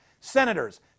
Senators